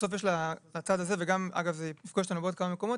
בסוף יש לצד הזה וזה גם יפגוש אותנו בעוד כמה מקומות,